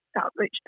outreach